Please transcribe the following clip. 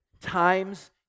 times